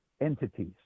entities